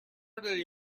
داری